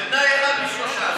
זה תנאי אחד משלושה.